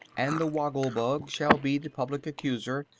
and the woggle-bug shall be the public accuser,